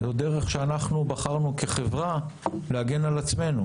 זאת דרך שבחרנו כחברה להגן על עצמנו